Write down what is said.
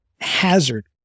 hazard